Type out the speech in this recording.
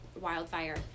wildfire